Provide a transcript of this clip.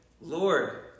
Lord